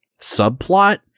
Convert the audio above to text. subplot